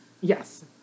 yes